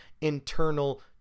internal